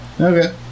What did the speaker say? Okay